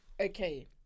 Okay